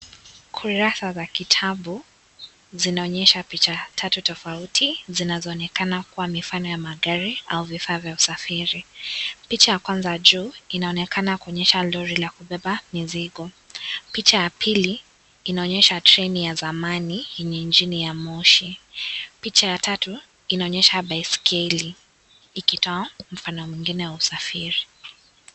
Ukurasa za Kitabu zinaonyesha picha tatu tofauti zinazoonekana kuwa mifano ya magari au vifaa vya usafiri. Picha ya kwanza juu inaonekana kuonyesha lori ka kubeba mizigo. Picha ya pili inaonyesha treni ya zamani yenye injini ya Moshi. Picha ya tatu inaonyesha baiskeli ikitoa mfano mwingine wa usafiri.